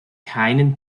keinen